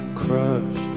crush